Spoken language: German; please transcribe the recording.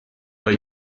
bei